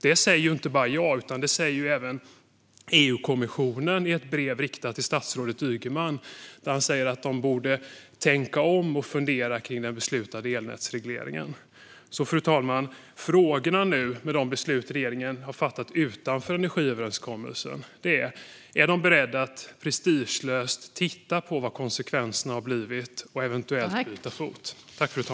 Det säger inte bara jag; även EU-kommissionen säger i ett brev riktat till statsrådet Ygeman att man borde tänka om och fundera kring den beslutade elnätsregleringen. Fru talman! Frågan är nu, med de beslut regeringen har fattat utanför energiöverenskommelsen, om regeringen är beredd att prestigelöst titta på vad konsekvenserna har blivit och eventuellt byta fot.